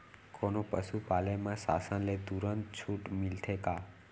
कोनो पसु पाले म शासन ले तुरंत छूट मिलथे का?